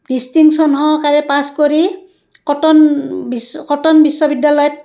distinction সহকাৰে pass কৰি Cotton বিশ্ব কটন বিশ্ববিদ্যালয়ত